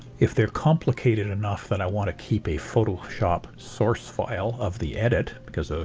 if they're complicated enough that i want to keep a photoshop source file of the edit because of,